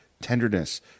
tenderness